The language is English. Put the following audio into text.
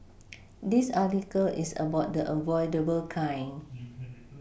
this article is about the avoidable kind